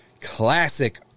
Classic